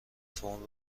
فرم